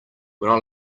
when